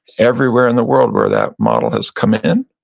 everywhere in the world where that model has come in,